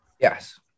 Yes